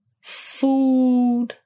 food